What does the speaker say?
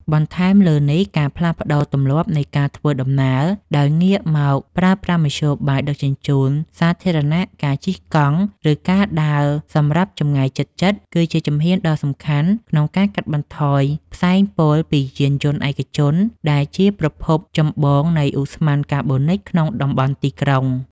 បន្ថែមលើនេះ ការផ្លាស់ប្តូរទម្លាប់នៃការធ្វើដំណើរដោយងាកមកប្រើប្រាស់មធ្យោបាយដឹកជញ្ជូនសាធារណៈ ការជិះកង់ ឬការដើរសម្រាប់ចម្ងាយជិតៗ គឺជាជំហានដ៏សំខាន់ក្នុងការកាត់បន្ថយផ្សែងពុលពីយានយន្តឯកជន ដែលជាប្រភពចម្បងនៃឧស្ម័នកាបូនិកក្នុងតំបន់ទីក្រុង។